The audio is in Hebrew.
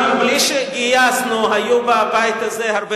אם גם בלי שגייסנו היו בבית הזה הרבה